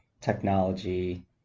technology